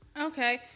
okay